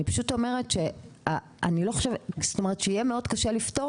אני פשוט אומרת שיהיה מאוד קשה לפתור